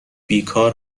بیکار